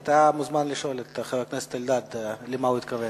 אתה מוזמן לשאול את חבר הכנסת אלדד למה הוא התכוון.